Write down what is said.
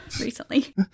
recently